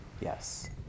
yes